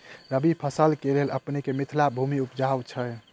रबी फसल केँ लेल अपनेक मिथिला भूमि उपजाउ छै